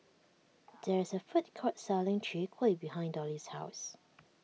there is a food court selling Chwee Kueh behind Dolly's house